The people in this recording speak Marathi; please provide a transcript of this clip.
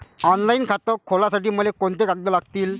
ऑनलाईन खातं खोलासाठी मले कोंते कागद लागतील?